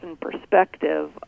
perspective